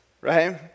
right